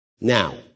Now